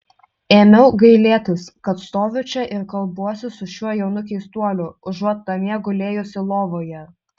ėmiau gailėtis kad stoviu čia ir kalbuosi su šiuo jaunu keistuoliu užuot namie gulėjusi lovoje